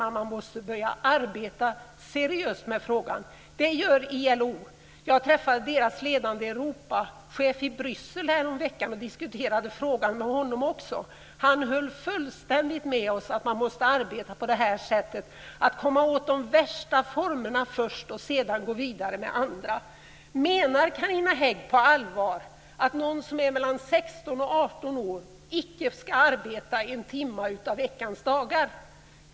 Man måste börja arbeta seriöst med den här frågan. Det gör ILO. Jag träffade dess ledande Europachef i Bryssel häromveckan och diskuterade frågan med honom också. Han höll fullständigt med oss om att man måste arbeta på det här sättet, att komma åt de värsta formerna först och sedan gå vidare med andra. Menar Carina Hägg på allvar att någon som är mellan 16 och 18 år icke ska arbeta en timma av veckans dagar?